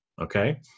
okay